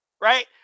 right